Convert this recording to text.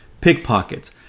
Pickpockets